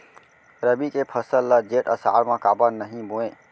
रबि के फसल ल जेठ आषाढ़ म काबर नही बोए?